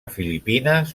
filipines